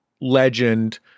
legend